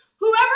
Whoever